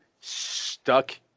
stuck